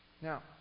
Now